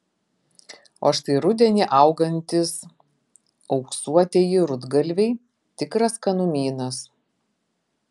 o štai rudenį augantys auksuotieji rudgalviai tikras skanumynas